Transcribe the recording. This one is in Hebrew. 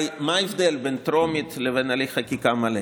הרי מה ההבדל בין טרומית לבין הליך חקיקה מלא?